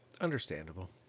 Understandable